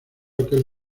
aquel